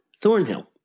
Thornhill